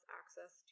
access